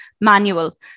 manual